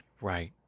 right